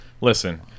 Listen